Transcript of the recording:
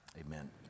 amen